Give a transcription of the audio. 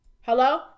Hello